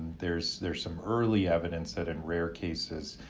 there's there's some early evidence that in rare cases,